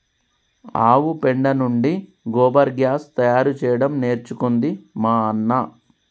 ఆవు పెండ నుండి గోబర్ గ్యాస్ తయారు చేయడం నేర్చుకుంది మా అన్న